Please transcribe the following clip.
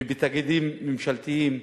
ובתאגידים ממשלתיים,